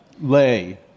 Lay